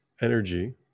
energy